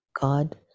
God